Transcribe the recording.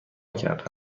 کرده